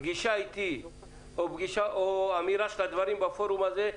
פגישה איתי או אמירה של הדברים בפורום הזה,